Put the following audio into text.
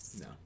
no